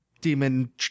demon